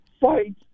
fight